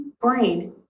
brain